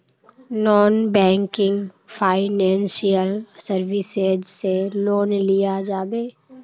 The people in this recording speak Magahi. नॉन बैंकिंग फाइनेंशियल सर्विसेज से लोन लिया जाबे?